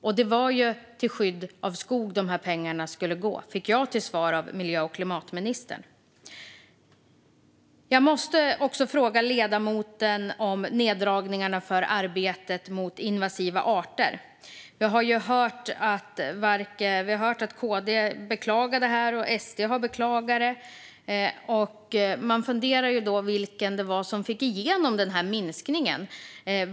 Och det var till skydd för skog som de här pengarna skulle gå, har jag fått till svar av miljö och klimatministern. Jag måste också fråga ledamoten om neddragningarna på arbetet mot invasiva arter. Vi har hört att KD beklagar det här. SD har också beklagat det. Man funderar då på vilket parti det var som fick igenom minskningen.